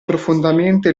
profondamente